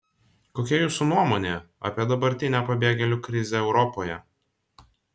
kokia jūsų nuomonė apie dabartinę pabėgėlių krizę europoje